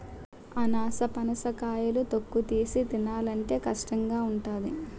అనాసపనస కాయలు తొక్కతీసి తినాలంటే కష్టంగావుంటాది